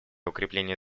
укрепления